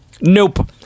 Nope